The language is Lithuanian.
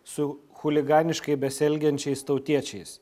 su chuliganiškai besielgiančiais tautiečiais